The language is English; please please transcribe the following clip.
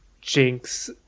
Jinx